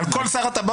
על כל שר הטבעות עכשיו?